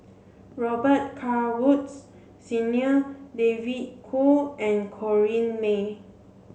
Robet Carr Woods Senior David Kwo and Corrinne May